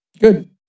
Good